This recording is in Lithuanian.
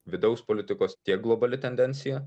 vidaus politikos tiek globali tendencija